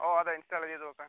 ഓ അതെ ഇൻസ്റ്റാള് ചെയ്ത് നോക്ക്